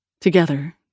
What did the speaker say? Together